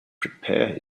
prepare